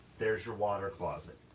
there's your water closet.